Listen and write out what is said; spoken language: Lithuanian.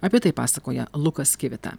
apie tai pasakoja lukas kivita